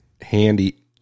Handy